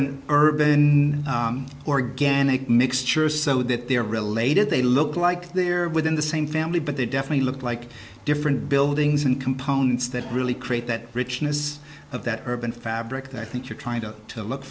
morven urbin organic mixtures so that they are related they look like they're within the same family but they definitely look like different buildings and components that really create that richness of that urban fabric that i think you're trying to look